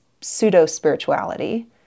pseudo-spirituality